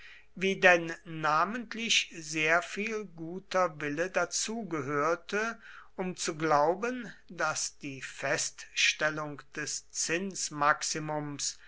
wie denn namentlich sehr viel guter wille dazu gehörte um zu glauben daß die feststellung des